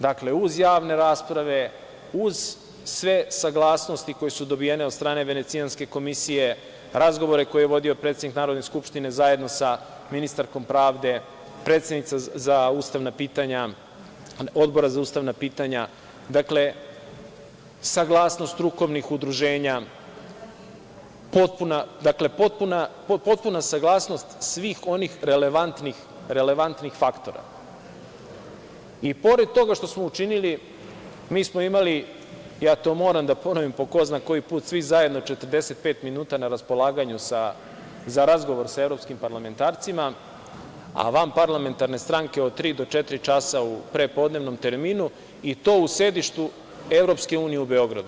Dakle, uz javne rasprave, uz sve saglasnosti koje su dobijene od strane Venecijanske komisije, razgovore koje je vodio predsednik Narodne skupštine zajedno sa ministarkom pravde, predsednica Odbora za ustavna pitanja, saglasnost strukovnih udruženja, potpuna saglasnost svih onih relevantnih faktora i pored toga što smo učinili, mi smo imali, ja to moram da ponovim po ko zna koji put, svi zajedno 45 minuta na raspolaganju za razgovor sa evropskim parlamentarcima, a vanparlamentarne stranke od tri do četiri časa u prepodnevnom terminu i to u sedištu EU u Beogradu.